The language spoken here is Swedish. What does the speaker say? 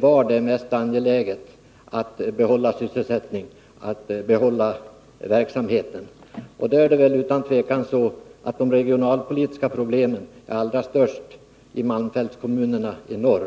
var det är mest angeläget att behålla sysselsättningen och verksamheten. Då är det utan tvivel så, att de regionalpolitiska problemen är allra störst i malmfältskommunerna i norr.